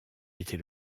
était